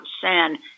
sin